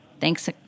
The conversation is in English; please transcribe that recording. Thanks